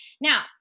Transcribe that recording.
Now